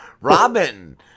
Robin